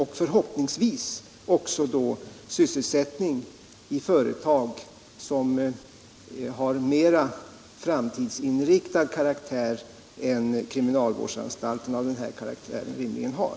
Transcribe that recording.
Detta bör ske i företag som har mera framtidsinriktad karaktär än kriminalvårdsanstalter rimligen har.